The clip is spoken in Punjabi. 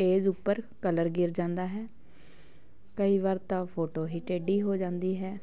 ਪੇਜ ਉੱਪਰ ਕਲਰ ਗਿਰ ਜਾਂਦਾ ਹੈ ਕਈ ਵਾਰ ਤਾਂ ਫੋਟੋ ਹੀ ਟੇਢੀ ਹੋ ਜਾਂਦੀ ਹੈ